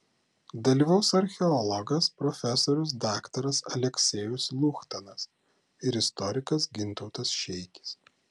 dalyvaus archeologas profesorius daktaras aleksejus luchtanas ir istorikas gintautas šeikis